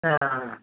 ஆ